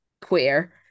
queer